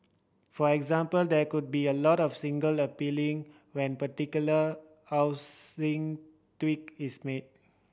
for example there could be a lot of single appealing when particular housing tweak is made